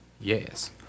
Yes